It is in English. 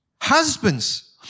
Husbands